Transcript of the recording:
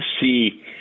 see